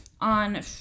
on